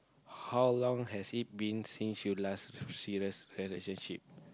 how long has it been since you last serious relationship